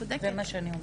זה מה שאני אומרת.